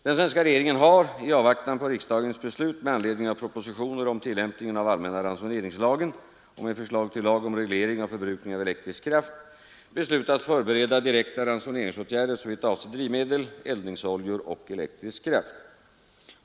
Den svenska regeringen har — i avvaktan på riksdagens beslut med anledning av propositioner om tillämpningen av allmänransoneringslagen och med förslag till lag om reglering av förbrukningen av elektrisk kraft — beslutat förbereda direkta ransoneringsåtgärder såvitt avser drivmedel, eldningsoljor och elektrisk kraft.